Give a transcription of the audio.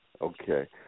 okay